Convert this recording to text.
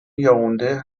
یائونده